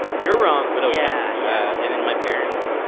you're wrong but okay. yeah, yeah. and then my parents,